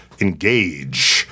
engage